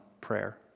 prayer